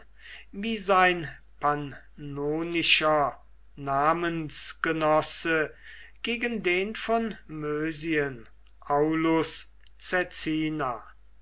wie sein pannonischer namensgenosse gegen den von mösien aulus